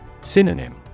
Synonym